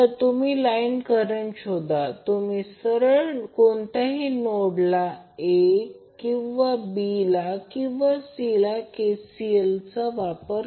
तर तुम्ही line current शोधा तुम्ही सरळ कोणत्याही नोडला A किंवा B किंवा C ला KCL चा वापरा